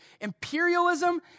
imperialism